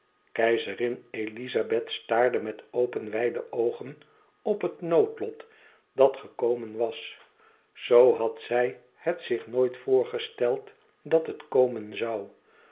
keizerin elizabeth staarde met open wijde oogen op het noodlot dat gekomen was zo had zij het zich nooit voorgesteld dat het komen zoû